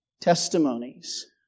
testimonies